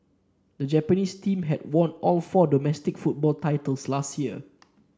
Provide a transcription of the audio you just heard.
the Japanese team had won all four domestic football titles last year